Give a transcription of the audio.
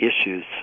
issues